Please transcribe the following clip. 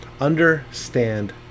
Understand